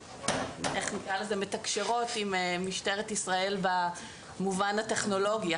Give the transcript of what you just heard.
מתקשרות עם משטרת ישראל במובן הטכנולוגי.